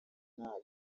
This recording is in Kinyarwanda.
nta